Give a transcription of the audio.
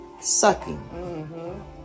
sucking